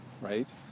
right